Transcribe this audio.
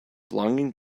belonging